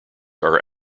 are